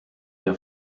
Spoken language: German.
der